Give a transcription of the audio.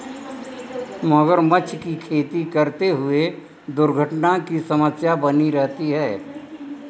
मगरमच्छ की खेती करते हुए दुर्घटना की समस्या बनी रहती है